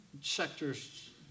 sectors